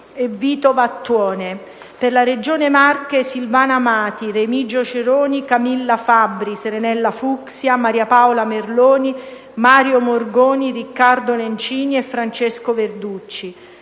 e Vito Vattuone; per la Regione Marche: Silvana Amati, Remigio Ceroni, Camilla Fabbri, Serenella Fucksia, Maria Paola Merloni, Mario Morgoni, Riccardo Nencini e Francesco Verducci;